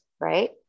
right